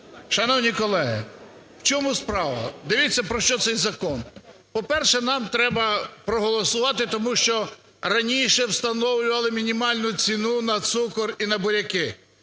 Шановні колеги, в чому справа, дивіться, про що цей закон. По-перше, нам треба проголосувати, тому що раніше встановлювали мінімальну ціну на цукор і на буряки.